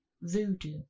voodoo